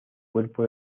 cuerpo